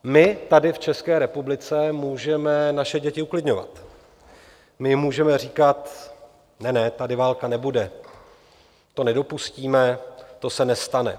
My tady v České republice můžeme naše děti uklidňovat, my jim můžeme říkat: Ne, ne, tady válka nebude, to nedopustíme, to se nestane.